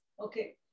Okay